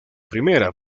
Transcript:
primera